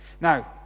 Now